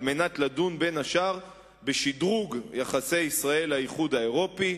על מנת לדון בין השאר בשדרוג יחסי ישראל והאיחוד האירופי,